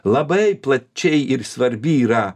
labai plačiai ir svarbi yra